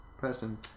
person